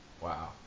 Wow